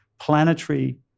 planetary